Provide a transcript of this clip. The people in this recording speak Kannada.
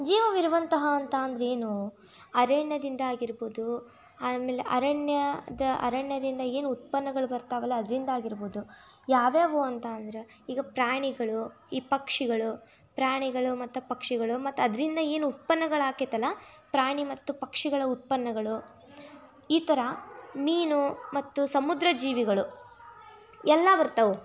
ಜೀವವಿರುವಂತಹ ಅಂತ ಅಂದರೆ ಏನು ಅರಣ್ಯದಿಂದಾಗಿರ್ಬೋದು ಆಮೇಲೆ ಅರಣ್ಯದ ಅರಣ್ಯದಿಂದ ಏನು ಉತ್ಪನ್ನಗಳು ಬರ್ತಾವಲ್ಲ ಅದರಿಂದಾಗಿರ್ಬೋದು ಯಾವು ಯಾವು ಅಂತ ಅಂದ್ರೆ ಈಗ ಪ್ರಾಣಿಗಳು ಈ ಪಕ್ಷಿಗಳು ಪ್ರಾಣಿಗಳು ಮತ್ತು ಪಕ್ಷಿಗಳು ಮತ್ತು ಅದರಿಂದ ಏನು ಉತ್ಪನ್ನಗಳು ಆಕೈತಲ್ಲಾ ಪ್ರಾಣಿ ಮತ್ತು ಪಕ್ಷಿಗಳ ಉತ್ಪನ್ನಗಳು ಈ ಥರ ಮೀನು ಮತ್ತು ಸಮುದ್ರ ಜೀವಿಗಳು ಎಲ್ಲ ಬರ್ತವೆ